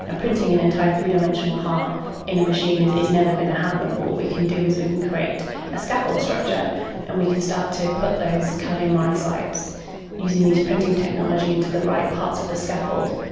ah printing an entire three-dimensional heart in a machine is is never going to happen but what we can do is we can create a scaffold structure and we can start to put those cardiomyocytes, using this printing technology, into the right parts of the scaffold,